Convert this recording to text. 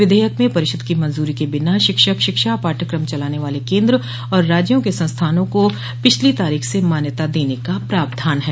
विधेयक में परिषद की मंजूरी के बिना शिक्षक शिक्षा पाठ्यक्रम चलाने वाले केन्द्र और राज्यों के संस्थानों को पिछली तारीख से मान्यता देने का प्रावधान है